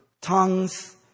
tongues